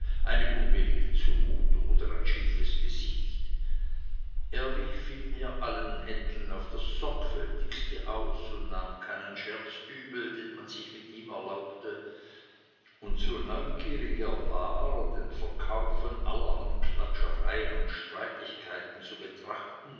eine unbillige zumutung oder ein schiefes gesicht er wich vielmehr allen händeln auf das sorgfältigste aus und nahm keinen scherz übel den man sich mit ihm erlaubte und so neugierig er war den verlauf von allerlei klatschereien und streitigkeiten zu betrachten